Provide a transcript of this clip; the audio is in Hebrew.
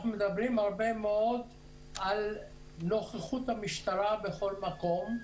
אנחנו מדברים הרבה מאוד על נוכחות המשטרה בכל מקום.